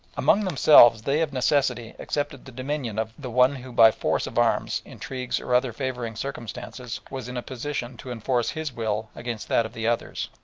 among themselves they of necessity accepted the domination of the one who by force of arms, intrigues, or other favouring circumstances, was in a position to enforce his will against that of the others,